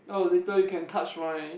oh later you can touch my